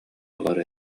буолаллар